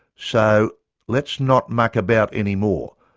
so let's not muck about any more,